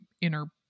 inner